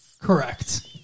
Correct